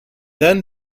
then